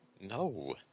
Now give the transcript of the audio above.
no